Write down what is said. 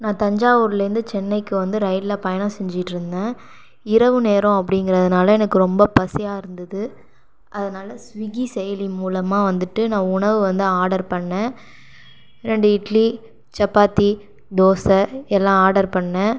நான் தஞ்சாவூர்லேந்து சென்னைக்கு வந்து ரயிலில் பயணம் செஞ்சிட்டிருந்தேன் இரவு நேரம் அப்படிங்கிறதுனால எனக்கு ரொம்ப பசியாக இருந்தது அதனால ஸ்விகி செயலி மூலமாக வந்துட்டு நான் உணவு வந்து ஆடர் பண்ணேன் ரெண்டு இட்லி சப்பாத்தி தோசை எல்லாம் ஆடர் பண்ணேன்